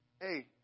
Hey